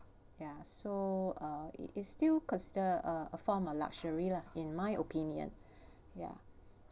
yeah so uh it is still consider a a form a luxury lah in my opinion yaya